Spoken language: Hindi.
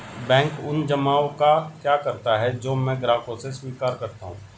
बैंक उन जमाव का क्या करता है जो मैं ग्राहकों से स्वीकार करता हूँ?